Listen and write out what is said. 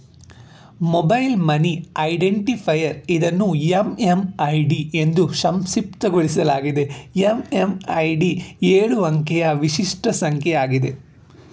mobile money identifier ಇದನ್ನು MMID ಎಂದೂ ಸಂಕ್ಷಿಪ್ತಗೊಳಿಸಲಾಗಿದೆ ಎಂ.ಎಂ.ಐ.ಡಿ ಎಳು ಅಂಕಿಯ ವಿಶಿಷ್ಟ ಸಂಖ್ಯೆ ಆಗಿದೆ